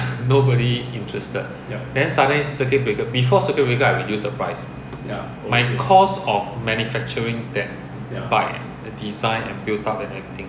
nobody interested then suddenly circuit breaker before circuit breaker I reduce the price my cost of manufacturing that bike the design and build up and everything